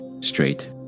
straight